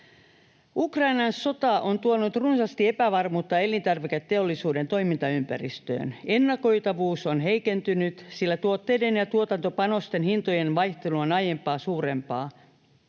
Ukrainan sota on tuonut runsaasti epävarmuutta elintarviketeollisuuden toimintaympäristöön. Ennakoitavuus on heikentynyt, sillä tuotteiden ja tuotantopanosten hintojen vaihtelu on aiempaa suurempaa.